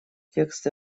текст